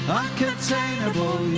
uncontainable